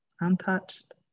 untouched